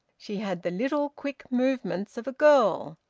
she had the little quick movements of a girl.